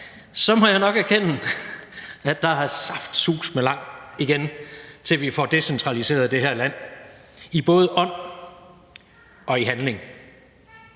så må jeg nok erkende, at der saftsuseme er langt igen, til at vi får decentraliseret det her land, både i ånd og i handling.